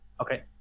okay